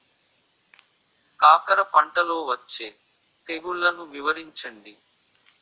కాకర పంటలో వచ్చే తెగుళ్లను వివరించండి?